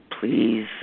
please